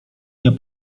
nie